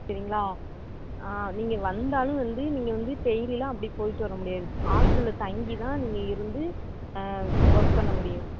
சரிங்களா நீங்கள் வந்தாலும் வந்து நீங்கள் வந்து டெய்லியெல்லாம் அப்படி போய்விட்டு வர முடியாது ஹாஸ்டலில் தங்கிதான் நீங்கள் இருந்து ஒர்க் பண்ண முடியும்